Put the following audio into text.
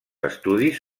estudis